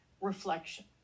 reflection